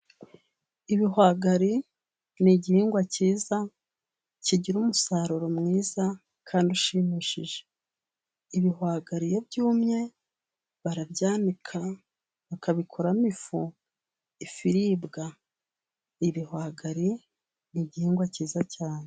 Ibihwagari ni igihingwa cyiza kigira umusaruro mwiza kandi ushimishije, ibihwagariri iyo byumye barabyanika bakabikuramo ifu iribwa, ibihwagari ni igihingwa cyiza cyane.